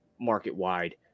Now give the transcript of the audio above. market-wide